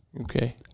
Okay